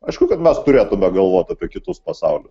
aišku kad mes turėtume galvoti apie kitus pasaulius